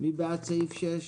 אושר מי בעד סעיף 6?